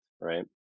right